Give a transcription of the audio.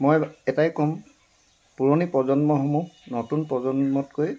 মই এটাই কম পুৰণি প্ৰজন্মসমূহ নতুন প্ৰজন্মতকৈ